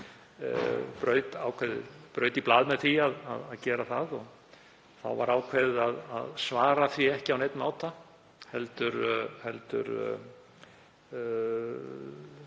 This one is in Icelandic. braut í blað með því að gera það. Það var ákveðið að svara því ekki á neinn máta heldur leiða